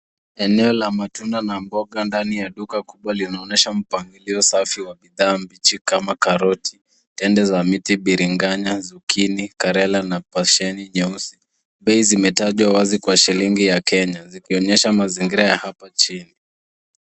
Eneo la matunda na mboga ndani ya duka kubwa linaonyesha mpangilio safi wa bidhaa bichi kama karoti ,tende za miti, biriganya ,zukini, karela na besheni nyeusi .Bei zimetajwa wazi kwa shilingi ya Kenya zikionyesha mazingira ya hapa chini.